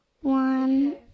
One